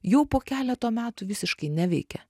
jau po keleto metų visiškai neveikia